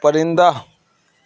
پرندہ